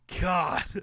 God